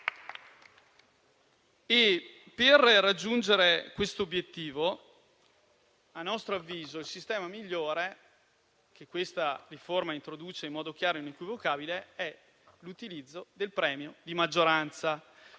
Per raggiungere questo obiettivo, a nostro avviso, il sistema migliore che questa riforma introduce in modo chiaro e inequivocabile è l'utilizzo del premio di maggioranza.